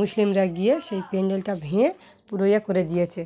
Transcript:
মুসলিমরা গিয়ে সেই প্যান্ডেলটা ভেঙে পুরো এ করে দিয়েছে